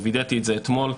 ווידאתי את זה אתמול,